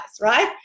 right